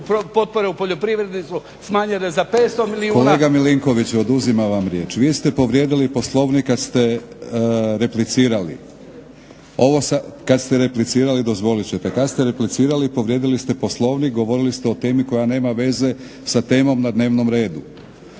potpore u poljoprivredi su smanjene za 500 milijuna **Batinić, Milorad (HNS)** Kolega Milinkoviću oduzimam vam riječ. Vi ste povrijedili Poslovnik kad ste replicirali, ovo sad, kad ste replicirali dozvolit ćete, kad ste replicirali povrijedili ste Poslovnik govorili ste o temi koja nema veze sa temom na dnevnom redu.